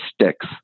sticks